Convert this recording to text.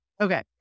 Okay